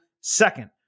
second